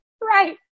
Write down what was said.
right